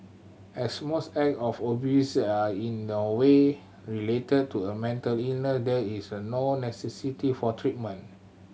as most act of abuse are in no way related to a mental illness there is a no necessity for treatment